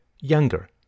younger